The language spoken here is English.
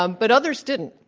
um but others didn't.